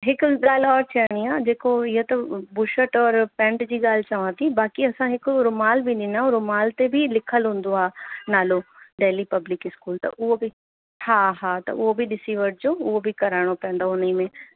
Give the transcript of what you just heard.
हिकु ॻाल्हि और चवणी आहे जेको इहो त बुशेट और पैंट जी ॻाल्हि चवां थी बाक़ी असां हिकु रुमाल बि ॾींदा ऐं रुमाल ते बि लिखियल हूंदो आहे नालो देल्ली पब्लिक स्कूल त उहो बि हा हा त उहो बि ॾिसी वठिजो उहो बि कराइणो पवंदव हुन में